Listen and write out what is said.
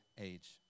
age